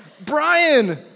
Brian